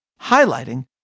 highlighting